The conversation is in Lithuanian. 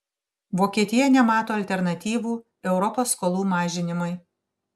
vokietija nemato alternatyvų europos skolų mažinimui